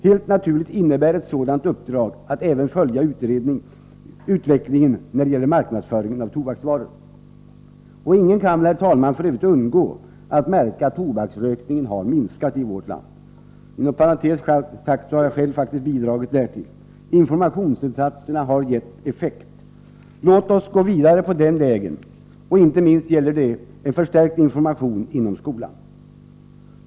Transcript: Helt naturligt innebär ett sådant uppdrag att även följa utvecklingen när det gäller marknadsföringen av tobaksvaror. Ingen kan väl, herr talman, f. ö. undgå att märka att tobaksrökningen har minskat i vårt land. Inom parentes kan jag nämna att jag faktiskt själv bidragit därtill. Informationsinsatserna har givit effekt. Låt oss gå vidare på — Nr 131 den vägen. Inte minst gäller detta förstärkt information inom skolan.